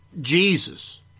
Jesus